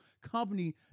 company